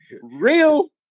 real